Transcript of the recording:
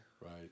Right